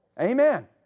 Amen